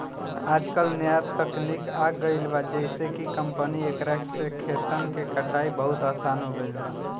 आजकल न्या तकनीक आ गईल बा जेइसे कि कंपाइन एकरा से खेतन के कटाई बहुत आसान हो गईल बा